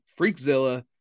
Freakzilla